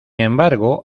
embargo